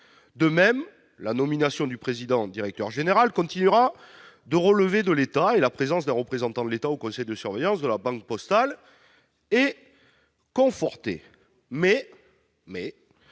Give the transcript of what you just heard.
De même, la nomination du président-directeur général continuera de relever de l'État et la présence d'un représentant de l'État au conseil de surveillance de la Banque postale est confortée. Mais le